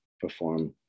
perform